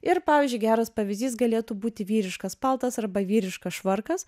ir pavyzdžiui geras pavyzdys galėtų būti vyriškas paltas arba vyriškas švarkas